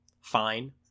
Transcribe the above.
fine